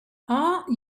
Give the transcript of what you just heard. are